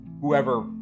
whoever